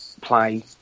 play